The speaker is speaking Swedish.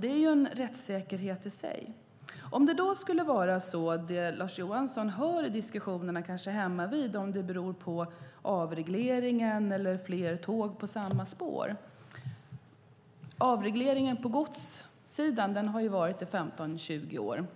Det är en rättssäkerhet i sig. I diskussionerna hemmavid hör kanske Lars Johansson att det hela skulle bero på avregleringen och på att det är fler tåg på samma spår. Avregleringen på godssidan har funnits i 15-20 år,